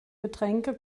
getränke